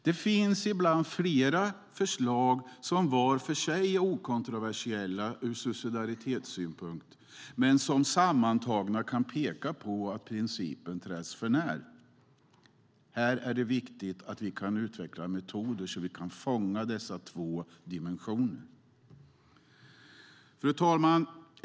Det finns ibland flera förslag som var för sig är okontroversiella ur subsidiaritetssynpunkt men som sammantagna kan peka mot att principen träds förnär. Här är det viktigt att vi kan utveckla metoder så att vi kan fånga dessa två dimensioner. Fru talman!